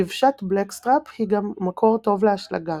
דבשת 'בלקסטראפ' היא גם מקור טוב לאשלגן.